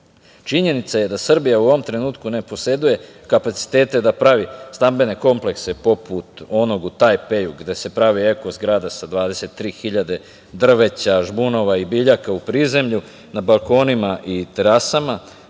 Vršca. Činjenica je da Srbija u ovom trenutku ne poseduje kapacitete da pravi stambene komplekse poput onog u Taj Peju gde se pravi zgrada sa 23 hiljade drveća, žbunova, biljaka u prizemlju na balkonima i terasama,